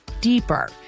deeper